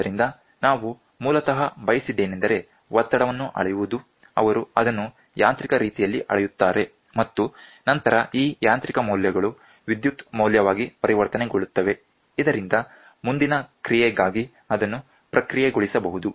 ಆದ್ದರಿಂದ ನಾವು ಮೂಲತಃ ಬಯಸಿದೆನೆಂದರೆ ಒತ್ತಡವನ್ನು ಅಳೆಯುವುದು ಅವರು ಅದನ್ನು ಯಾಂತ್ರಿಕ ರೀತಿಯಲ್ಲಿ ಅಳೆಯುತ್ತಾರೆ ಮತ್ತು ನಂತರ ಈ ಯಾಂತ್ರಿಕ ಮೌಲ್ಯಗಳು ವಿದ್ಯುತ್ ಮೌಲ್ಯವಾಗಿ ಪರಿವರ್ತನೆಗೊಳ್ಳುತ್ತವೆ ಇದರಿಂದ ಮುಂದಿನ ಕ್ರಿಯೆಗಾಗಿ ಅದನ್ನು ಪ್ರಕ್ರಿಯೆಗೊಳಿಸಬಹುದು